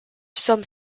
some